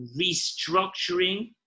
restructuring